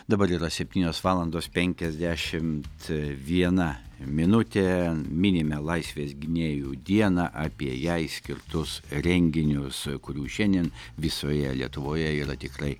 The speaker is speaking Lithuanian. dabar yra septynios valandos penkiasdešimt viena minutė minime laisvės gynėjų dieną apie jai skirtus renginius kurių šiandien visoje lietuvoje yra tikrai